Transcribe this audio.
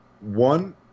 one